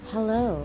Hello